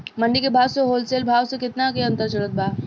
मंडी के भाव से होलसेल भाव मे केतना के अंतर चलत बा?